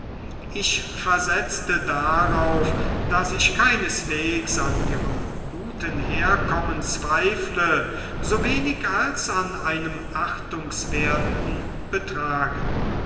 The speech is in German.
ich versetzte darauf daß ich keineswegs an ihrem guten herkommen zweifle so wenig als an einem achtungswerten betragen